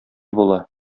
була